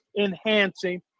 enhancing